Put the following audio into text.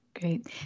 great